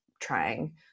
trying